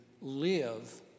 live